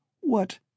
what